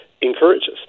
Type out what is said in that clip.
Encourages